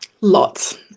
Lots